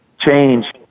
change